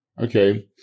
okay